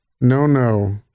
Nono